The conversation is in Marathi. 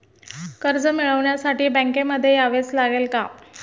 कर्ज मिळवण्यासाठी बँकेमध्ये यावेच लागेल का?